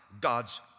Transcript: God's